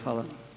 Hvala.